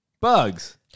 Bugs